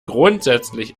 grundsätzlich